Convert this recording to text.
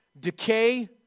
decay